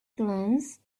glance